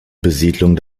besiedlung